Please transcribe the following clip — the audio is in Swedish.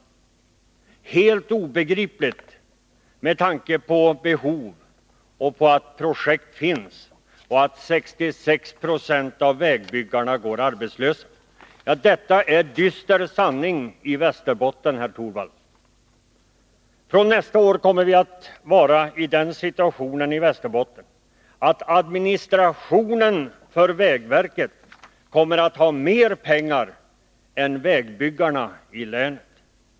Det är helt obegripligt med tanke på behoven. Projekt finns, och 66 96 av vägbyggarna går arbetslösa. Det är den dystra sanningen i Västerbotten, herr Torwald. Från nästa år kommer vi att vara i den situationen i Västerbotten att administrationen för vägverket kommer att ha mer pengar än vägbyggarna i länet.